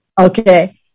Okay